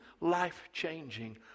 life-changing